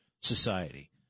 society